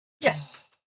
Yes